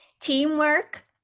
Teamwork